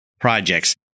projects